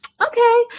Okay